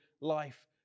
life